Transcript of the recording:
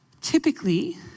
Typically